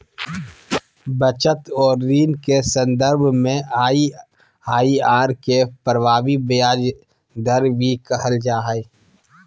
बचत और ऋण के सन्दर्भ में आइ.आइ.आर के प्रभावी ब्याज दर भी कहल जा हइ